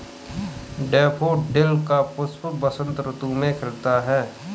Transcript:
daffodil का पुष्प बसंत ऋतु में खिलता है